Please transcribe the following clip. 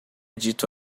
dito